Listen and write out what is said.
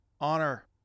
honor